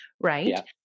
right